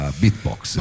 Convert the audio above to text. beatbox